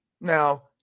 now